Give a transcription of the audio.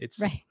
Right